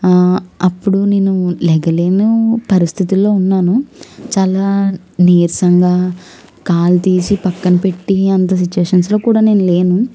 అప్పుడు నేను లేవలేని పరిస్థితుల్లో ఉన్నాను చాలా నీరసంగా కాలు తీసి పక్కన పెట్టి అంత సిచ్యువేషన్లో కూడా నేను లేను